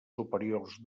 superiors